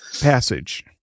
passage